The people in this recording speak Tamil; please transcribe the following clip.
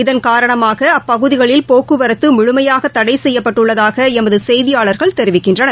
இதன் காரணமாகஅப்பகுதிகளில் போக்குவரத்தமுழமையாகதடைசெய்யப்பட்டுள்ளதாகஎமதசெய்தியாளர்கள் தெரிவிக்கின்றனர்